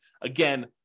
Again